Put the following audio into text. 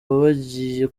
bagiye